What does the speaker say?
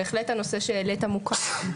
בהחלט הנושא שהעלית מוכר.